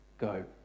go